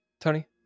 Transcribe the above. Tony